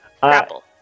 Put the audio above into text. Grapple